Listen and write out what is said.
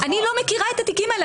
אני לא מכירה את התיקים האלה.